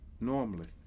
normally